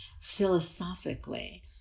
philosophically